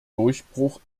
durchbruch